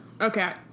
Okay